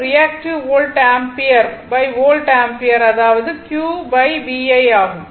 reactive volt ampere volt ampere அதாவது QVI ஆகும்